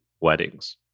weddings